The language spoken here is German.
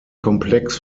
komplex